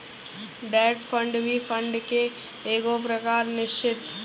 debt fund भी fund के एगो प्रकार निश्चित